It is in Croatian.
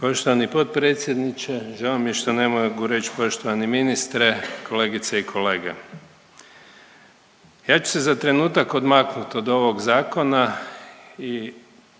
Poštovani potpredsjedniče, žao mi je što ne mogu reći poštovani ministre, kolegice i kolege. Ja ću se za trenutak odmaknuti od ovog Zakona i